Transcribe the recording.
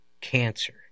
cancer